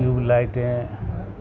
tube لائٹیں